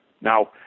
Now